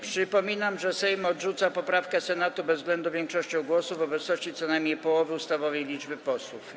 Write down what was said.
Przypominam, że Sejm odrzuca poprawkę Senatu bezwzględną większością głosów w obecności co najmniej połowy ustawowej liczby posłów.